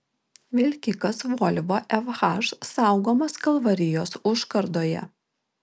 vilkikas volvo fh saugomas kalvarijos užkardoje